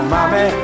Mommy